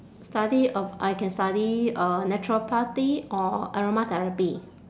study uh I can study uh naturopathy or aromatherapy